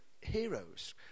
heroes